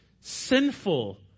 sinful